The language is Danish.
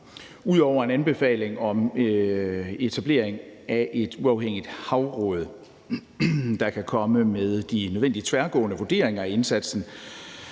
Ud over en anbefaling om etablering af et uafhængigt havråd, der kan komme med de nødvendige tværgående vurderinger af indsatsen